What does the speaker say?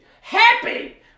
Happy